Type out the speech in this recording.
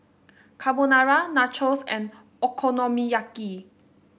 Carbonara Nachos and Okonomiyaki